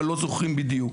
אבל לא זוכרים בדיוק.